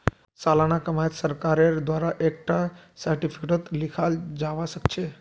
सालाना कमाईक सरकारेर द्वारा एक टा सार्टिफिकेटतों लिखाल जावा सखछे